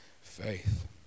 faith